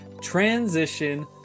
transition